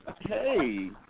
Hey